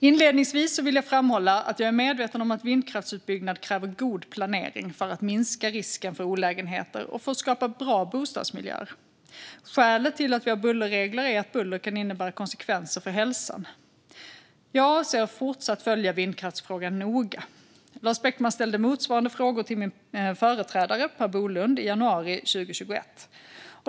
Inledningsvis vill jag framhålla att jag är medveten om att vindkraftsutbyggnad kräver god planering för att minska risken för olägenheter och för att skapa bra bostadsmiljöer. Skälet till att vi har bullerregler är att buller kan innebära konsekvenser för hälsan. Jag avser att fortsatt följa vindkraftsfrågan noga. Lars Beckman ställde motsvarande frågor till min företrädare Per Bolund i januari 2021.